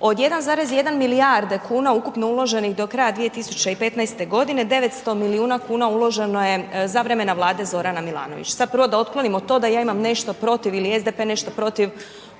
od 1,1 milijarde kuna, ukupnih uloženih do kraja 2015. g. 900 milijuna kuna u loženo za vremena vlade Zorana Milanovića. Sada prvo otklonimo to da ja imam nešto protiv ili SDP nešto protiv